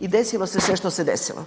i desilo se sve što se desilo